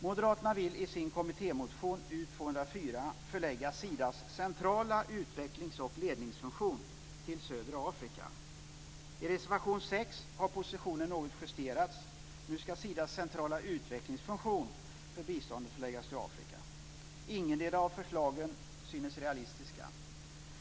Moderaterna vill i sin kommittémotion U204 förlägga Sidas centrala utvecklings och ledningsfunktion till södra Afrika. I reservation 6 har positionen något justerats. Nu ska Sidas centrala utvecklingsfunktion för biståndet förläggas till Afrika. Ingetdera av förslagen synes realistiska.